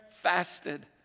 fasted